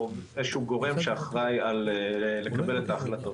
או איזשהו גורם שאחראי לקבל את ההחלטות.